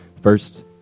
first